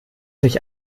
sich